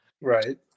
right